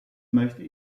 möchte